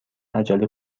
عجله